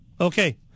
Okay